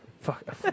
Fuck